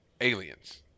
aliens